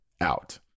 out